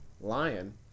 Lion